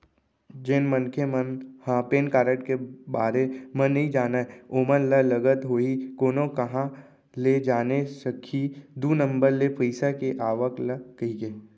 जेन मनखे मन ह पेन कारड के बारे म नइ जानय ओमन ल लगत होही कोनो काँहा ले जाने सकही दू नंबर ले पइसा के आवक ल कहिके